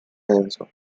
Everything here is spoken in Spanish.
denso